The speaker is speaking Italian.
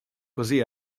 così